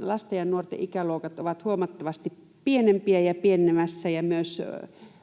lasten ja nuorten ikäluokat ovat huomattavasti pienempiä ja pienenemässä ja myös